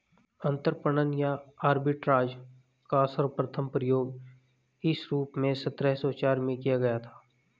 अंतरपणन या आर्बिट्राज का सर्वप्रथम प्रयोग इस रूप में सत्रह सौ चार में किया गया था